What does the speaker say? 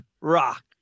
Rock